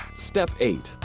step eight.